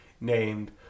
named